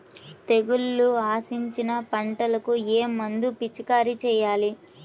తెగుళ్లు ఆశించిన పంటలకు ఏ మందు పిచికారీ చేయాలి?